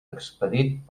expedit